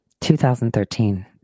2013